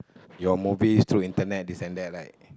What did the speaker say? your movies through internet this and that right